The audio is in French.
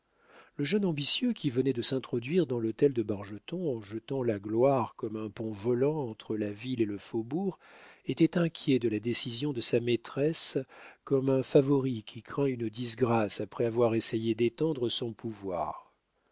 le jeune ambitieux qui venait de s'introduire dans l'hôtel de bargeton en jetant la gloire comme un pont volant entre la ville et le faubourg était inquiet de la décision de sa maîtresse comme un favori qui craint une disgrâce après avoir essayé d'étendre son pouvoir